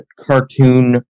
cartoon